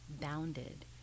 bounded